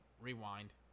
rewind